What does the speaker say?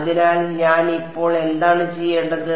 അതിനാൽ ഞാൻ ഇപ്പോൾ എന്താണ് ചെയ്യേണ്ടത്